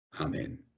Amen